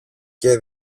και